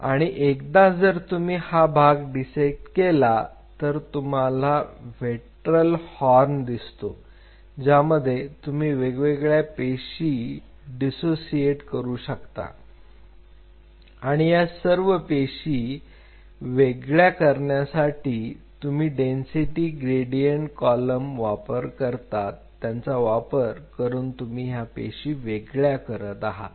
आणि एकदा जर तुम्ही हा भाग डिसेक्ट केला तर तुम्हाला व्हेंट्रल हॉर्न दिसतो ज्यामध्ये तुम्ही वेगवेगळ्या पेशी करू डीसोसिएट शकता आणि या सर्व पेशी वेगळ्या करण्यासाठी तुम्ही डेन्सिटी ग्रेडियंट कॉलमचा वापर करतात यांचा वापर करून तुम्ही या पेशी वेगळ्या करत आहात